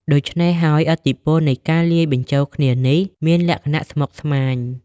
ដូច្នេះហើយ ឥទ្ធិពលនៃការលាយបញ្ចូលគ្នានេះមានលក្ខណៈស្មុគស្មាញ។